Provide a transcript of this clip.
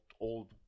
old